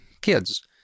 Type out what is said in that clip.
kids